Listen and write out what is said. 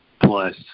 plus